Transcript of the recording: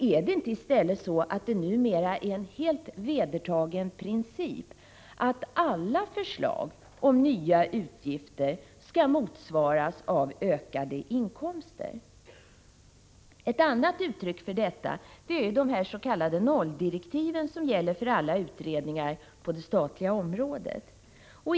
Är det inte i stället så att det numera är en helt vedertagen princip att alla förslag om nya utgifter skall motsvaras av ökade inkomster? Ett annat uttryck för detta är de s.k. nolldirektiven som gäller för alla utredningar på det statliga området.